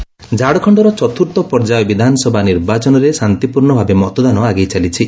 Jharkhand poll ଝାଡ଼ଖଣ୍ଡର ଚତୁର୍ଥ ପର୍ଯ୍ୟାୟ ବିଧାନସଭା ନିର୍ବାଚନରେ ଶାନ୍ତିପୂର୍ଣ୍ଣଭାବେ ମତଦାନ ଆଗେଇ ଚାଲିଛି